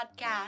Podcast